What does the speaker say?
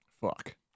Fuck